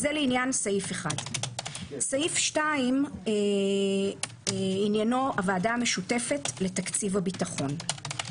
זה לעניין סעיף 1. סעיף 2 עניינו הוועדה המשותפת לתקציב הביטחון.